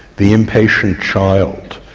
the impatient child,